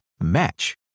match